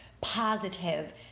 Positive